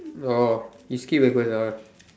oh you skip breakfast ah